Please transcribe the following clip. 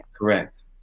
correct